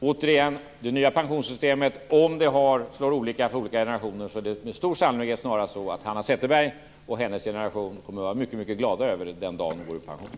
Återigen: Om det nya pensionssystemet slår olika för olika generationer är det med stor sannolikhet snarast så att Hanna Zetterberg och hennes generation kommer att vara mycket glada över det den dag de går i pension.